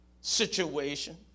situation